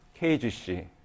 KGC